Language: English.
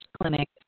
clinic